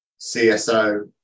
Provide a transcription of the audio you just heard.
CSO